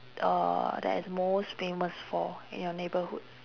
uh that is most famous for in your neighbourhood